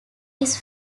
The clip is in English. his